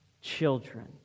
children